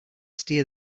steer